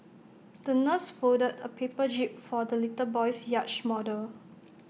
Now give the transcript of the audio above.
the nurse folded A paper jib for the little boy's yacht model